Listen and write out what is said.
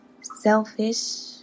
Selfish